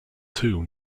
two